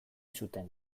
zuten